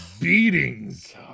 beatings